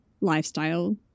lifestyle